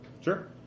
sure